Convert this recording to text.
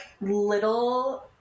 little